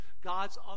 God's